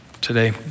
today